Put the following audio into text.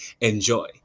enjoy